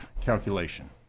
calculation